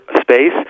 space